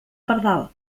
pardal